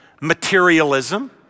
materialism